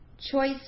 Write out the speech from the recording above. choice